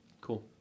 Cool